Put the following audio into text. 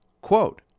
quote